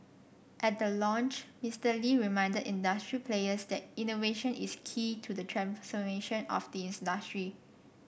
at the launch Mister Lee reminded industry players that innovation is key to the transformation of the industry